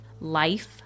life